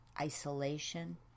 isolation